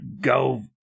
Go